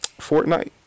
Fortnite